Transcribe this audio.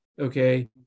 okay